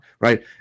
right